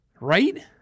Right